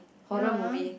horror movie